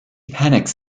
panics